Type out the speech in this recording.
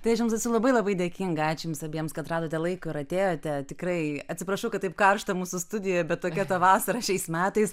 tai aš jums esu labai labai dėkinga ačiū jums abiems kad radote laiko ir atėjote tikrai atsiprašau kad taip karšta mūsų studijoje bet tokia ta vasara šiais metais